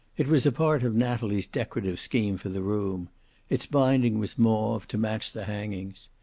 it was a part of natalie's decorative scheme for the room it's binding was mauve, to match the hangings.